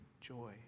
joy